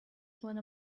wanna